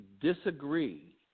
disagree